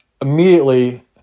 immediately